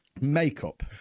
makeup